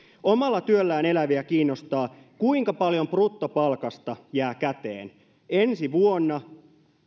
omalla työllään eläviä kiinnostaa kuinka paljon bruttopalkasta jää käteen ensi vuonna